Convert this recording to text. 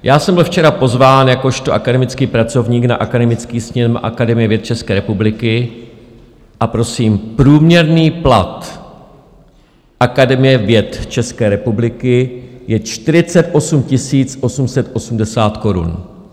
Já jsem byl včera pozván jakožto akademický pracovník na akademický sněm Akademie věd České republiky a prosím, průměrný plat Akademie věd České republiky je 48 880 korun.